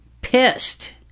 pissed